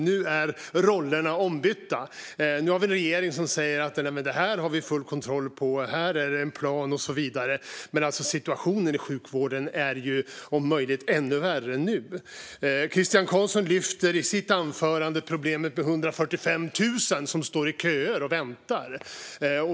Nu är rollerna ombytta: Nu har vi en regering som säger att den har full kontroll på detta, att det finns en plan och så vidare - medan situationen i sjukvården är om möjligt ännu värre. Christian Carlsson lyfte i sitt anförande fram problemet med 145 000 som står i köer och väntar.